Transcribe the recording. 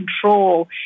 control